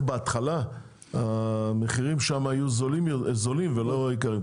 בהתחלה המחירים שם יהיו זולים ולא יקרים.